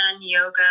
yoga